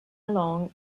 along